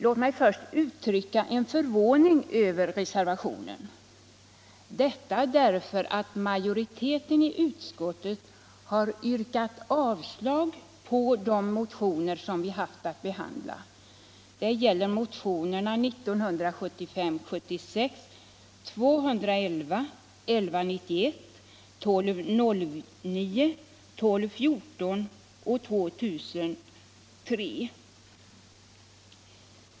Låt mig först uttrycka en förvåning över reservationen, eftersom majoriteten i utskottet har yrkat avslag på de motioner som vi haft att behandla, nämligen motionerna 211, 1191. 1209, 1214 och 2003.